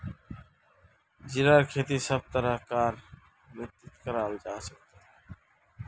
जीरार खेती सब तरह कार मित्तित कराल जवा सकोह